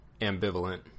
ambivalent